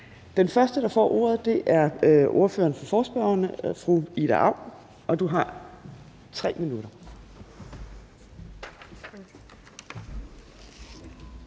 Den første, der får ordet, er ordføreren for forespørgerne, fru Ida Auken, og du har 3 minutter.